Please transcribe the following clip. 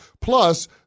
Plus